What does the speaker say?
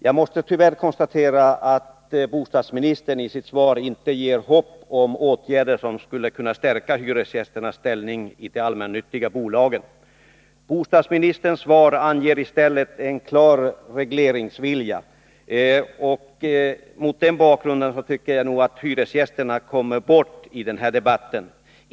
Jag måste tyvärr konstatera att bostadsministern i sitt svar inte ger hopp om åtgärder som skulle kunna stärka hyresgästernas ställning i de allmännyttiga bolagen. Bostadsministerns svar anger i stället en klar regleringsvilja. Mot den bakgrunden tycker jag nog att hyresgästerna kommer bort i debatten.